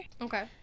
okay